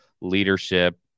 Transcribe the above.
leadership